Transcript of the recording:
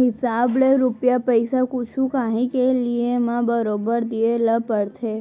हिसाब ले रूपिया पइसा कुछु कॉंही के लिये म बरोबर दिये ल परथे